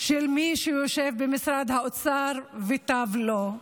של מי שיושב במשרד האוצר, ותו לא.